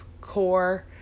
core